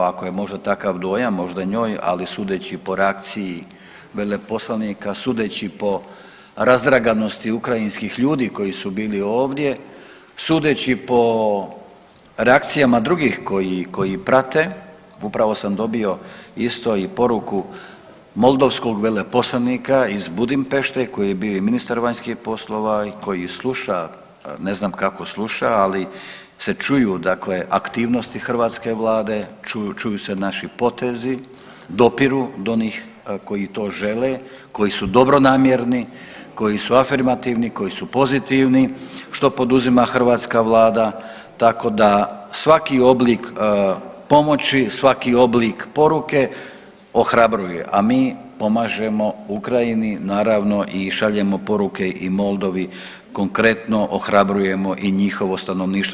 Ako je možda takav dojam, možda njoj ali sudeći po reakciji veleposlanika, sudeći po razdraganosti ukrajinskih ljudi koji su bili ovdje, sudeći po reakcijama drugih koji prate upravo sam dobio isto i poruku moldovskog veleposlanika iz Budimpešte koji je bio i ministar vanjskih poslova i koji sluša, ne znam kako sluša ali se čuju, dakle aktivnosti hrvatske Vlade, čuju se naši potezi, dopiru do onih koji to žele, koji su dobronamjerni, koji su afirmativni, koji su pozitivni što poduzima hrvatska Vlada, tako da svaki oblik pomoći, svaki oblik poruke ohrabruje a mi pomažemo Ukrajini naravno i šaljemo poruke i Moldovi, konkretno ohrabrujemo i njihovo stanovništvo.